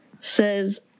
says